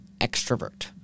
extrovert